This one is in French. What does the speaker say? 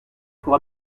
pour